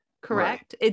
Correct